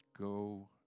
go